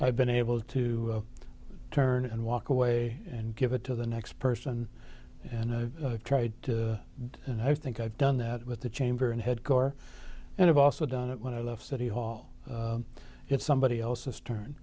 i've been able to turn and walk away and give it to the next person and try to and i think i've done that with the chamber and had gore and i've also done it when i left city hall it's somebody else